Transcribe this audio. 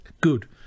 good